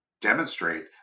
demonstrate